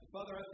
Father